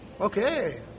Okay